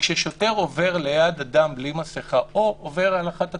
כששוטר עובר ליד אדם בלי מסכה או עובר על אחת התקנות,